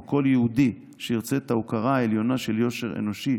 בו כל יהודי שירצה את ההוקרה העליונה של יושר אנושי,